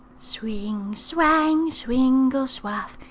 swing, swang, swingle, swuff,